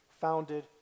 founded